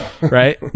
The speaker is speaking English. Right